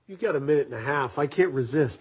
you get a minute and a half i can't resist